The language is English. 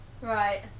right